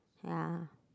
ya